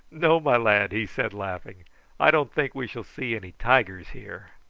no, my lad, he said, laughing i don't think we shall see any tigers here.